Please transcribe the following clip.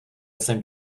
jsem